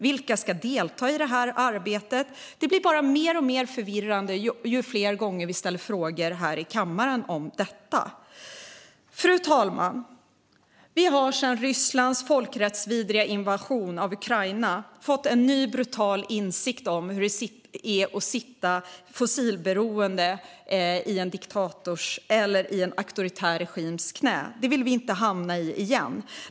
Vilka ska delta i arbetet? Det blir bara mer och mer förvirrande ju fler gånger vi ställer frågor här i kammaren om detta. Fru talman! Vi har sedan Rysslands folkrättsvidriga invasion av Ukraina fått en ny, brutal insikt om hur det är att sitta fossilberoende i en diktators eller en auktoritär regims knä. Det vill vi inte hamna i igen.